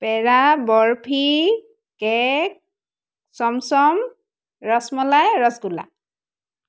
পেৰা barfi cake chamcham rasmalai rasgulla